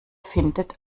findet